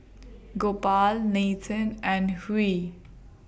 Gopal Nathan and Hri